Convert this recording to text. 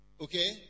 okay